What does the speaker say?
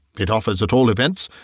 it offers, at all events,